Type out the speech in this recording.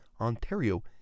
Ontario